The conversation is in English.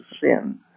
sin